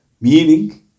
Meaning